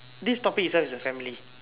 this topic itself is a family